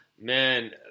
man